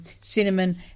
cinnamon